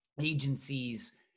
agencies